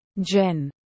Jen